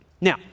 Now